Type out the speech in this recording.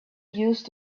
used